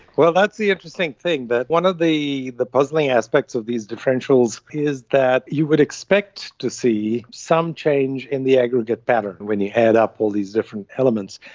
well, that's the interesting thing, that one of the the puzzling aspects of these differentials is that you would expect to see some change in the aggregate pattern when you add up all these different elements.